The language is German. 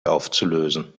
aufzulösen